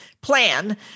plan